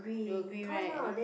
you agree right Agnes